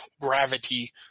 gravity